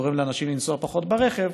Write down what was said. גורם לאנשים לנסוע פחות ברכב,